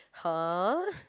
!huh!